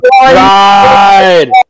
god